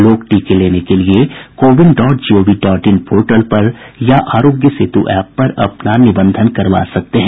लोग टीके लेने के लिए CoWIN dot gov dot in portal पर या आरोग्य सेतु एप पर अपना निबंधन करवा सकते हैं